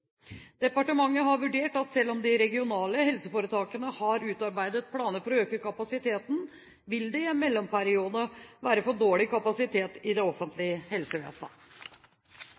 Departementet har vurdert at selv om de regionale helseforetakene har utarbeidet planer for å øke kapasiteten, vil det i en mellomperiode være for dårlig kapasitet i det offentlige helsevesenet.